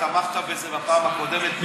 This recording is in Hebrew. תמכת בזה בפעם הקודמת.